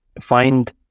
find